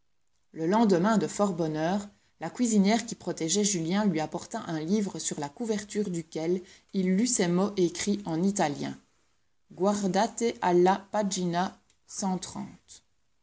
le lendemain de fort bonne heure la cuisinière qui protégeait julien lui apporta un livre sur la couverture duquel il lut ces mots écrits en italien guardate alla pagina julien